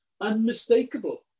unmistakable